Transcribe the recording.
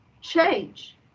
change